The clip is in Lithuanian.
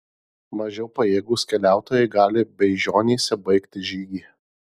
mažiau pajėgūs keliautojai gali beižionyse baigti žygį